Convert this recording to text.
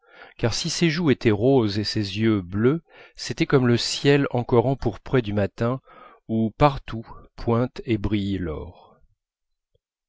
car si ses joues étaient roses et ses yeux bleus c'était comme le ciel encore empourpré du matin où partout pointe et brille l'or